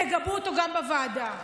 תגבו אותו גם בוועדה.